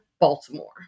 Baltimore